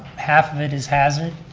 half of it is hazard.